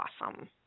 awesome